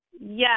Yes